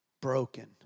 broken